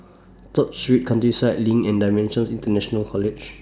Third Street Countryside LINK and DImensions International College